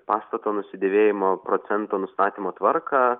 pastato nusidėvėjimo procento nustatymo tvarką